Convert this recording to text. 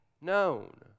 known